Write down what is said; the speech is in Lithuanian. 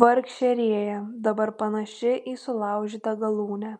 vargšė rėja dabar panaši į sulaužytą galūnę